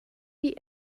die